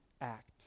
act